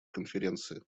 конференции